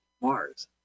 Mars